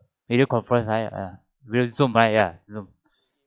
video conference right err view Zoom right ya Zoom